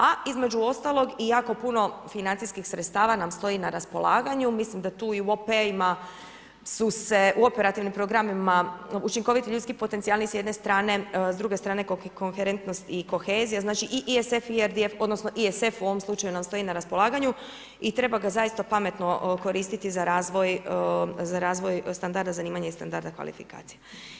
A između ostalog i jako puno financijskih sredstava nam stoji na raspolaganju, mislim da tu i operativnim programima učinkoviti ljudski potencijali s jedne strane, s druge strane koherentnost i kohezija znači i ISF i IRDF odnosno ISF u ovom slučaju nam stoji na raspolaganju i treba ga zaista pametno koristiti za razvoj standarda zanimanja i standarda kvalifikacija.